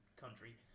country